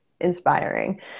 inspiring